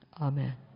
Amen